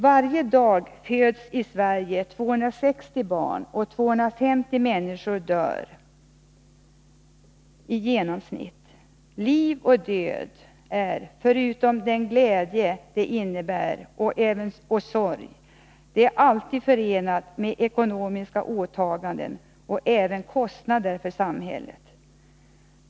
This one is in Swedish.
I genomsnitt föds varje dag 260 barn i Sverige och 250 människor dör. Liv och död är förutom glädje och sorg alltid förenade med ekonomiska åtaganden för människor och samhälle.